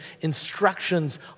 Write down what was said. instructions